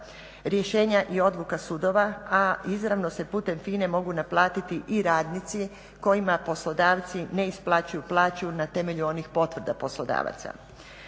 rješenja i odluka sudova, a izravno se putem FINA-e mogu naplatiti i radnici kojima poslodavci ne isplaćuju plaću na temelju oni potvrda poslodavaca.